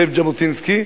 זאב ז'בוטינסקי,